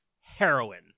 heroin